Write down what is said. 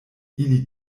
ili